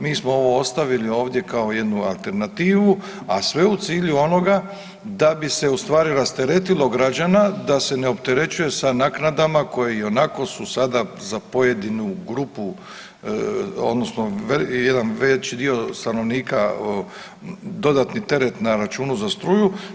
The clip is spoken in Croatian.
Mi smo ovo ostavili ovdje kao jednu alternativu, a sve u cilju onoga da bi se u stvari rasteretilo građana da se ne opterećuje sa naknadama koje ionako su sada za pojedinu grupu odnosno jedan veći dio stanovnika dodatni teret na računu za struju.